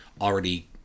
already